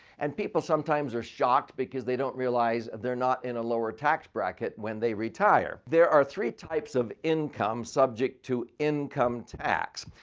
and people sometimes are shocked because they don't realize they're not in a lower tax bracket when they retire. there are three types of income subject to income tax.